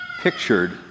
pictured